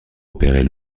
opérer